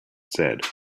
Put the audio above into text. said